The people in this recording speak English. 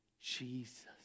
Jesus